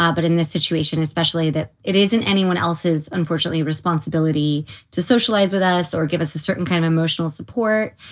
um but in this situation especially, that it isn't anyone else's, unfortunately, responsibility to socialize with us or give us a certain kind of emotional support.